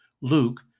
Luke